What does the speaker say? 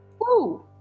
Woo